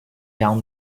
down